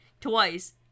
twice